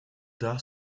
tard